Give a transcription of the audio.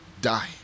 die